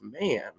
man